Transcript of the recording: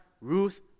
Ruth